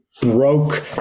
broke